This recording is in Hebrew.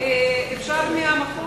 אפשר מהמקום?